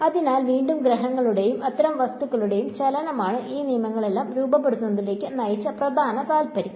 അതിനാൽ വീണ്ടും ഗ്രഹങ്ങളുടെയും അത്തരം വസ്തുക്കളുടെയും ചലനമാണ് ഈ നിയമങ്ങളെല്ലാം രൂപപ്പെടുത്തുന്നതിലേക്ക് നയിച്ച പ്രധാന താൽപര്യം